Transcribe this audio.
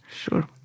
Sure